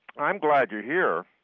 i'm glad you're here.